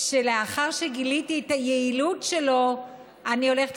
שלאחר שגיליתי את היעילות שלו אני הולכת